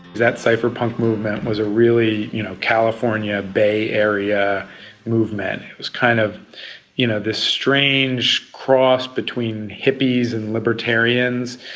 that cypherpunk movement was a really you know california bay area movement. it was kind of you know this strange cross between hippies and libertarians,